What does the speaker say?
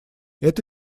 это